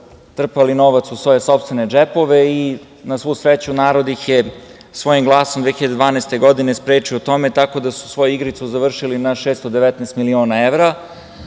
trpali novac u svoje sopstvene džepove. Na svu sreću, narod ih je svojim glasom 2012. godine sprečio u tome, tako da su svoju igricu završili na 619 miliona evra,